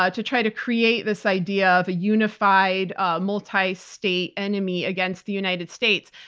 ah to try to create this idea of a unified ah multi-state enemy against the united states.